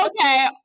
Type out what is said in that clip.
Okay